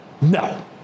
No